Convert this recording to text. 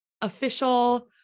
official